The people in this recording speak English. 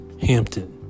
Hampton